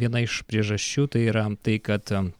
viena iš priežasčių tai yra tai kad